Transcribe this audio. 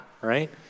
Right